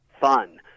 fun